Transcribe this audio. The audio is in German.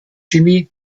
jimmy